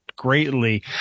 Greatly